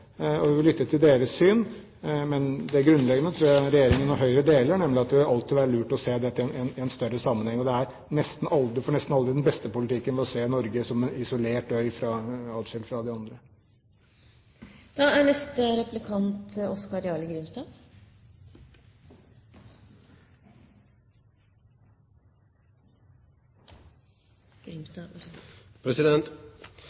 til deres syn, men det grunnleggende tror jeg regjeringen og Høyre deler, nemlig at det alltid vil være lurt å se dette i en større sammenheng. Man får nesten aldri den beste politikken ved å se Norge som en isolert øy, adskilt fra de andre.